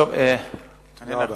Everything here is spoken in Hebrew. תודה רבה.